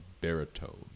baritone